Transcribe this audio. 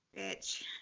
Bitch